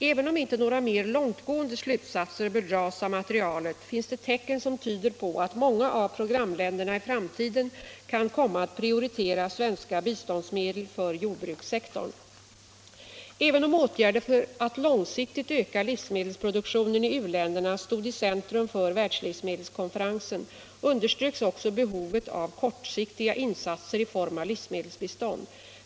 Även om inte några mer långtgående slutsatser bör dras av materialet finns det tecken som tyder på att många av programländerna i framtiden kan komma att prioritera svenska biståndsmedel för jordbrukssektorn. Även om åtgärder för att långsiktigt öka livsmedelsproduktionen i uländerna stod i centrum för världslivsmedelskonferensen underströks också behovet av kortsiktiga insatser i form av livsmedelsbistånd.